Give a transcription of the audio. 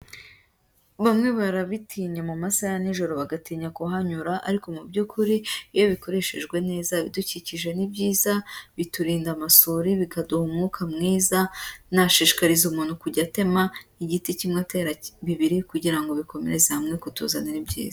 Bamwe barabitinya mu masaha ya nijoro, bagatinya kuhanyura. Ariko mu by'ukuri iyo bikoreshejwe neza, ibidukikije ni byiza, biturinda amasuri, bikaduha umwuka mwiza. Nashishikariza umuntu kujya atema igiti kimwe atera bibiri, kugira ngo bikomereze hamwe kutuzanira ibyiza.